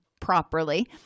properly